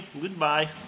Goodbye